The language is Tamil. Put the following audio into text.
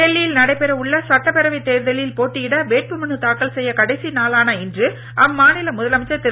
டெல்லியில் நடைபெற உள்ள சட்டப்பேரவை தேர்தலில் போட்டியிட வேட்பு மனு தாக்கல் செய்ய கடைசி நாளான இன்று அம்மாநில முதலமைச்சர் திரு